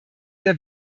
der